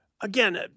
again